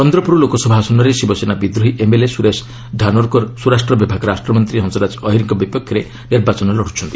ଚନ୍ଦ୍ରପୁର ଲୋକସଭା ଆସନରେ ଶିବସେନା ବିଦ୍ରୋହୀ ଏମ୍ଏଲ୍ଏ ସୁରେଶ ଧାନୋର୍କର ସ୍ୱରାଷ୍ଟ୍ର ବିଭାଗ ରାଷ୍ଟ୍ରମନ୍ତ୍ରୀ ହଂସରାଜ ଅହିରଙ୍କ ବିପକ୍ଷରେ ଲଢୁଛନ୍ତି